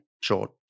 short